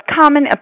common